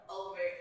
over